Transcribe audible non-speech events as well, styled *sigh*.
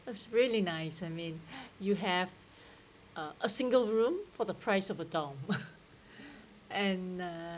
that's really nice I mean *breath* you have uh a single room for the price of a dorm *laughs* and uh